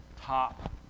top